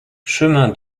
chemin